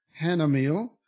Hanamiel